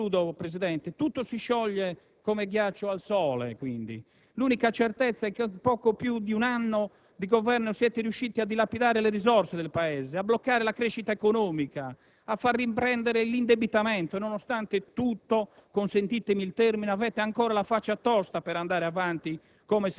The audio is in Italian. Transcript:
accantonarlo alla prima occasione concreta. Tutto si scioglie come ghiaccio al sole, quindi. L'unica certezza è che in poco più di un anno di governo siete riusciti a dilapidare le risorse del Paese, a bloccare la crescita economica, a far riprendere l'indebitamento e nonostante tutto, consentitemi